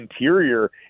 interior